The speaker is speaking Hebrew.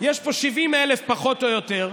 יש פה 70,000 פחות או יותר,